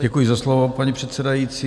Děkuji za slovo, paní předsedající.